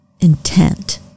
intent